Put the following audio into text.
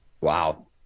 Wow